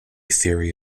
theory